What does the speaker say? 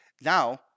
Now